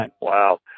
Wow